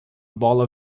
bola